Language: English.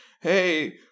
hey